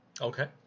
Okay